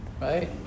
right